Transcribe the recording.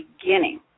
beginning